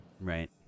Right